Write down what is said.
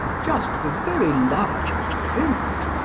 just the very largest print.